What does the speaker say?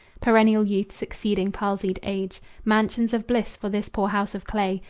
perennial youth succeeding palsied age, mansions of bliss for this poor house of clay,